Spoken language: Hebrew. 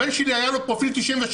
לבן שלי היה פרופיל 97,